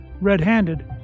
Red-handed